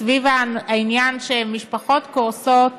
סביב העניין שמשפחות קורסות